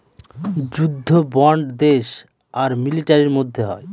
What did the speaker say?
যুদ্ধ বন্ড দেশ আর মিলিটারির মধ্যে হয়